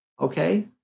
okay